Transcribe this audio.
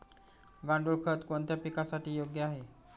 गांडूळ खत कोणत्या पिकासाठी योग्य आहे?